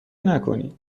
نکنید